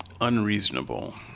Unreasonable